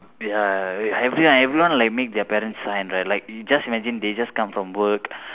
ya with everyone everyone like make their parents sign right like just imagine they just come from work